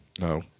No